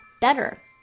better